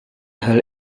hal